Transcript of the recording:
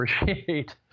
appreciate